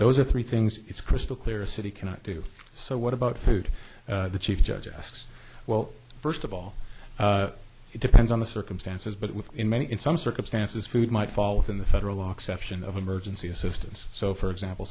those are three things it's crystal clear a city cannot do so what about food the chief judge asks well first of all it depends on the circumstances but with in many in some circumstances food might fall within the federal law exception of emergency assistance so for example